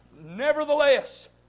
Nevertheless